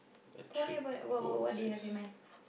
tell me about what what what do you have in mind